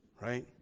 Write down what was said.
Right